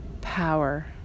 power